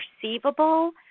perceivable